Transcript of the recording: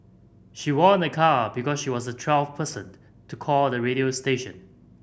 she won a car because she was the twelfth person to call the radio station